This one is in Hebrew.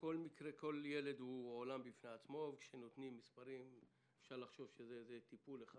כל ילד הוא עולם בפני עצמו וכשמציגים מספרים אפשר לחשוב שזה טיפול אחד